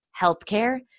healthcare